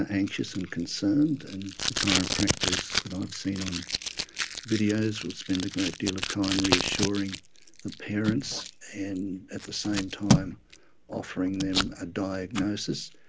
and anxious and concerned. and the chiropractors that i've seen on videos will spend a great deal of time reassuring the parents and at the same time offering them a diagnosis,